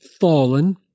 fallen